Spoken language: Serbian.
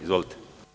Izvolite.